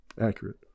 accurate